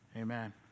amen